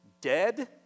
Dead